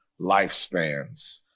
lifespans